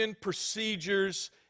procedures